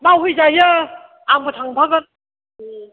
मावहैजायो आंबो थांफागोन दे